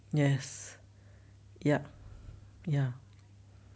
yes ya ya